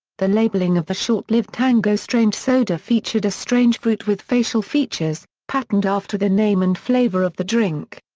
the labelling of the short lived tango strange soda featured a strange fruit with facial features, patterned after the name and flavour of the drink.